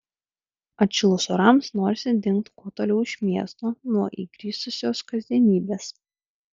atšilus orams norisi dingt kuo toliau iš miesto nuo įgrisusios kasdienybės